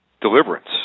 Deliverance